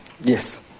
Yes